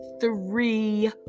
three